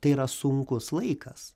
tai yra sunkus laikas